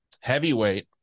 heavyweight